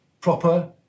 proper